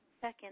second